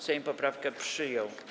Sejm poprawkę przyjął.